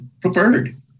preferred